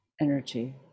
energy